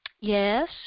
yes